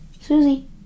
Susie